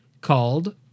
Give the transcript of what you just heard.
called